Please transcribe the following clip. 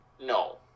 No